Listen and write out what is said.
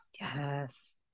Yes